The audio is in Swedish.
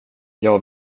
jag